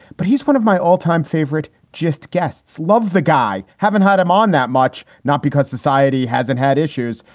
but he's one of my all time favorite. just guests. love the guy. haven't had him on that much, not because society hasn't had issues,